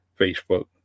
Facebook